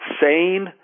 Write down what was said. sane